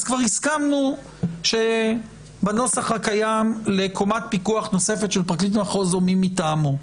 כבר הסכמנו בנוסח הקיים לקומת פיקוח נוספת של פרקליט מחוז או מי מטעמו.